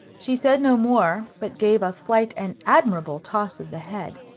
she said no more, but gave a slight and admirable toss of the head.